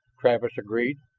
travis agreed.